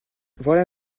voilà